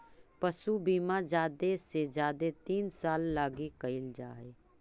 पशु बीमा जादे से जादे तीन साल लागी कयल जा हई